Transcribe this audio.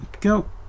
go